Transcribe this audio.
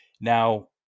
Now